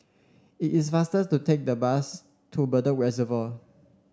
it is faster to take the bus to Bedok Reservoir